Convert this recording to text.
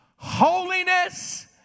Holiness